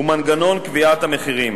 ומנגנון קביעת המחירים.